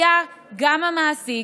היה גם המעסיק,